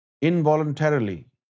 involuntarily